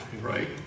right